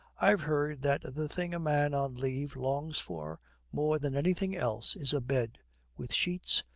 i've heard that the thing a man on leave longs for more than anything else is a bed with sheets,